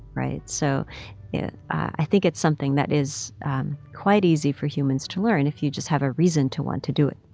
right? so i think it's something that is quite easy for humans to learn if you just have a reason to want to do it